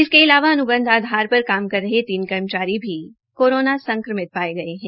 इसके अलावा अनुबंध आधार पर काम कर रहे तीन कर्मचारी भी कोरोना संक्रमित पाये गये है